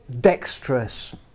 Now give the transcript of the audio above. dexterous